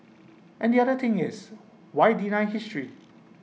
and the other thing is why deny history